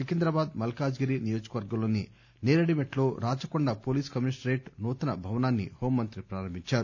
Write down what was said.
Secunderabad Malkajgiri నియోజక వర్గంలోని Neredmet లో రాచకొండ పోలీసు కమిషనరేట్ నూతన భవనాన్ని హోం మంత్రి ప్రారంభించారు